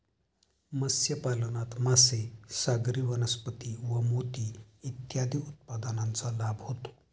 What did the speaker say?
मत्स्यपालनात मासे, सागरी वनस्पती व मोती इत्यादी उत्पादनांचा लाभ होतो